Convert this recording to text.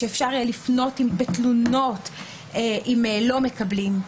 שאפשר יהיה לפנות בתלונות אם לא מקבלים.